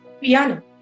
piano